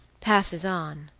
passes on,